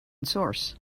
source